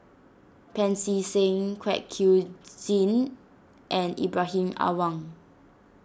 Pancy Seng Kwek Siew Jin and Ibrahim Awang